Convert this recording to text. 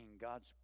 God's